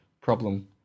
problem